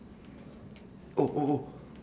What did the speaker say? oh or or